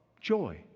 joy